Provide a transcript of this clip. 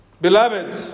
Beloved